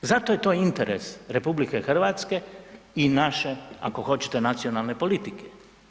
Zato je to interes RH i naše, ako hoćete, nacionalne politike.